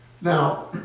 Now